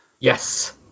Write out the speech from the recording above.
yes